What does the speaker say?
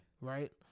right